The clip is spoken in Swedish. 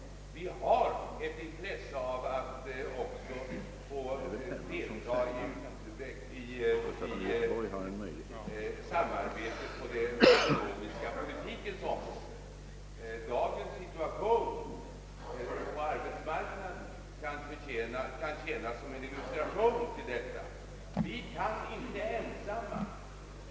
Vi har också ett intresse av att få delta i samarbetet på den eko nomiska politikens område. Dagens situation på arbetsmarknaden kan härvidlag tjäna som illustration.